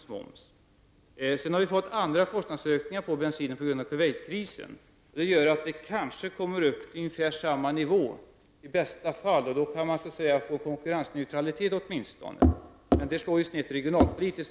På grund av krisen i Kuwait har det tillkommit andra kostnadsökningar på bensinen. Det gör att man kanske, i bästa fall, kommer upp i samma nivå. Då blir det åtminstone konkurrensneutralitet. Men det slår snett regionalpolitiskt.